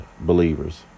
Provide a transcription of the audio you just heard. believers